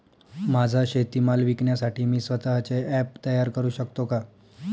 माझा शेतीमाल विकण्यासाठी मी स्वत:चे ॲप तयार करु शकतो का?